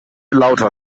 lauter